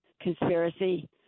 conspiracy